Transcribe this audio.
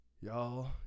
Y'all